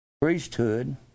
priesthood